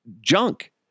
junk